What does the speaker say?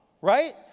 Right